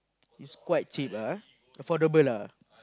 it's quite cheap ah ah affordable lah